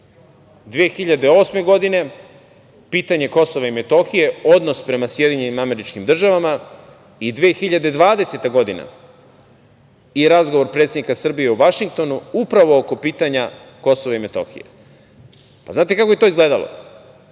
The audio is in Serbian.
2008. godine, pitanje Kosova i Metohije, odnos prema SAD i 2020. godina i razgovor predsednika Srbije u Vašingtonu upravo oko pitanja Kosova i Metohije. Da li znate kako je to izgledalo?